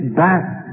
back